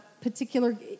particular